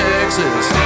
Texas